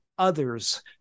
others